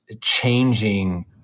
changing